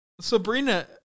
Sabrina